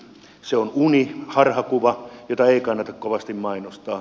se on uni harhakuva jota ei kannata kovasti mainostaa